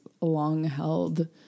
long-held